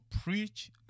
preach